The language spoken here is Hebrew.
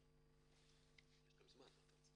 אני רוצה